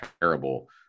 terrible